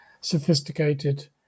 sophisticated